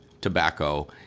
tobacco